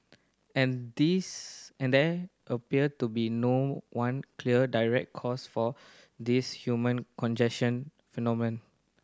and these and there appear to be no one clear direct cause for this human congestion phenomenon